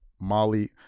Molly